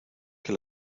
que